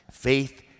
Faith